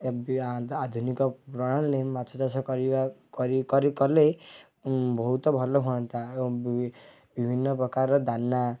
ଏବେ ଆଧୁନିକ ପ୍ରଣାଳୀରେ ମାଛଚାଷ କରିବା କରି କରି କଲେ ବହୁତ ଭଲ ହୁଅନ୍ତା ବିଭିନ୍ନପ୍ରକାର ଦାନା